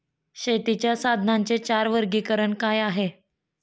शेतीच्या साधनांचे चार वर्गीकरण काय आहे?